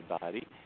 body